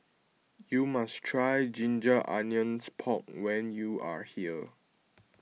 you must try Ginger Onions Pork when you are here